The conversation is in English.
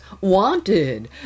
wanted